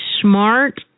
smart